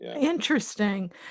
Interesting